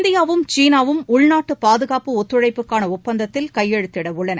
இந்தியாவும் சீனாவும் பாதுகாப்பு ஒத்துழைப்புக்கான் ஒப்பந்தத்தில் கையெழுத்திடவுள்ளன